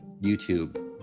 YouTube